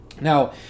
now